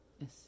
yes